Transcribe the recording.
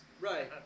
Right